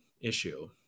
issue